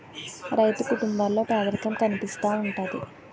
రైతు కుటుంబాల్లో పేదరికం కనిపిస్తా ఉంటది